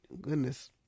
Goodness